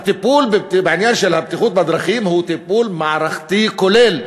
הטיפול בעניין של הבטיחות בדרכים הוא טיפול מערכתי כולל,